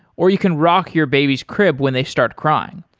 or you can rock your baby's crib when they start crying.